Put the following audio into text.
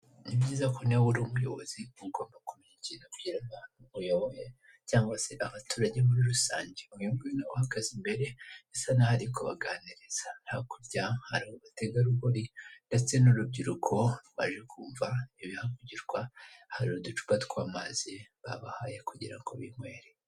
Ni byiza ko niba uri umuyobozi ugomba kumenya ikintu ubwira abantu uyoboye cyangwa se abaturage muri rusange, uyu nguyu uhagaze imbere asa naho ari kubaganiriza, hakurya hari abategarugori ndetse n'urubyiruko baje kumva ibihavugirwa, hari uducupa tw'amazi babahaye kugira ngo binywere.